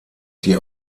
sie